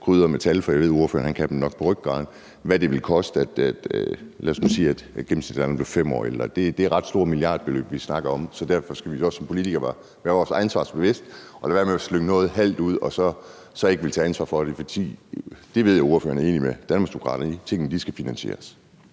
krydre med tal – for jeg ved, at ordføreren nok kan dem på rygraden – hvad det vil koste, at lad os nu sige, at gennemsnitslevealderen blev 5 år højere? Det er et ret stort milliardbeløb, vi snakker om, og derfor skal vi også som politikere være vores ansvar bevidst og lade være med at slynge noget halvt ud og så ikke ville tage ansvar for det. Jeg ved, at ordføreren er enig med Danmarksdemokraterne i, at tingene skal finansieres.